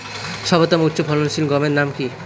সর্বতম উচ্চ ফলনশীল গমের নাম কি?